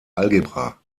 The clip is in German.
algebra